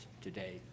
today